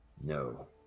No